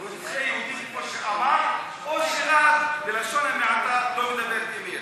כל הדיון על האיזונים והבלמים עוסק בבלם אחד.